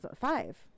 five